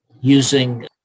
using